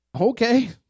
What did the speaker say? Okay